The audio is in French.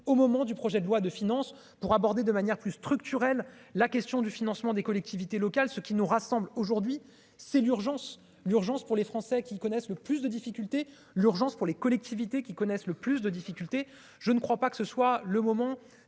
au moment du projet de loi de finances pour aborder de manière plus structurelle la question du financement des collectivités locales, ce qui nous rassemble aujourd'hui, c'est l'urgence, l'urgence pour les Français qui le connaissent le plus de difficultés, l'urgence pour les collectivités qui connaissent le plus de difficultés, je ne crois pas que ce soit le moment